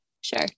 Sure